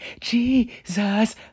Jesus